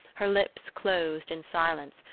her lips closed in silence,